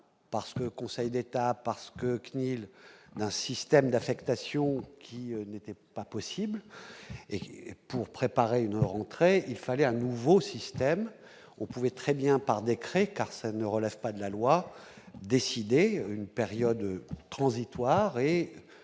parce que le conseil d'état parce que CNIL d'un système d'affectation qui n'était pas possible et pour préparer une rentrée, il fallait un nouveau système, on pouvait très bien, par décret, car ça ne relève pas de la loi décidée une période transitoire et